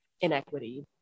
inequity